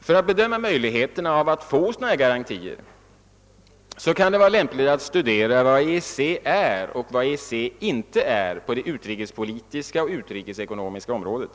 För att bedöma möjligheterna att få sådana garantier kan det vara lämpligt att studera vad EEC är och inte är på det utrikespolitiska och utrikesekonomiska området.